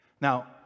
Now